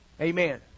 Amen